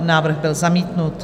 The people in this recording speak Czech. Návrh byl zamítnut.